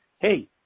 hey